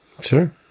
Sure